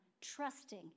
trusting